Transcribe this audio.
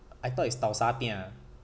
I thought it's tau sa piah